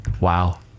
Wow